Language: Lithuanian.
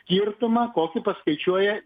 skirtumą kokį paskaičiuoja